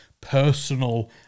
personal